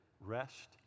rest